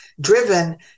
driven